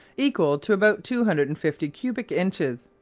equal to about two hundred and fifty cubic inches,